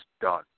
done